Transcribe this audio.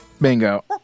Bingo